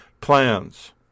plans